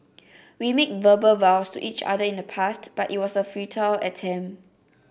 we made verbal vows to each other in the past but it was a futile attempt